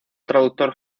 traductor